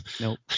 Nope